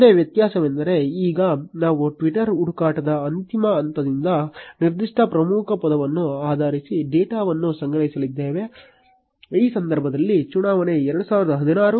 ಒಂದೇ ವ್ಯತ್ಯಾಸವೆಂದರೆ ಈಗ ನಾವು ಟ್ವಿಟ್ಟರ್ ಹುಡುಕಾಟದ ಅಂತಿಮ ಹಂತದಿಂದ ನಿರ್ದಿಷ್ಟ ಪ್ರಮುಖ ಪದವನ್ನು ಆಧರಿಸಿ ಡೇಟಾವನ್ನು ಸಂಗ್ರಹಿಸಲಿದ್ದೇವೆ ಈ ಸಂದರ್ಭದಲ್ಲಿ ಚುನಾವಣೆ 2016